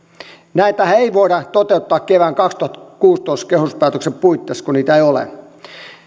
näitähän ei voida toteuttaa kevään kaksituhattakuusitoista kehyspäätöksen puitteissa kun niitä ei ole